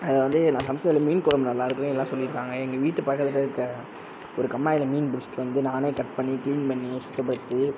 வந்து நான் சமைத்ததுல மீன் குழம்பு நல்லாயிருக்குன்னு எல்லாம் சொல்லியிருக்காங்க எங்கள் வீட்டு பக்கத்தில் இருக்க ஒரு கம்மாயில் மீன் பிடிச்சிட்டு வந்து நானே கட் பண்ணி க்ளீன் பண்ணி சுத்தப்படுத்தி